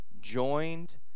joined